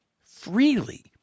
freely